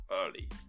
early